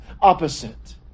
opposite